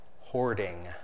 hoarding